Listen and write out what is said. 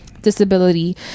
disability